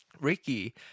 Ricky